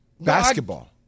basketball